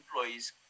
employees